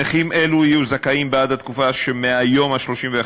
נכים אלו יהיו זכאים בעד התקופה שמהיום ה-31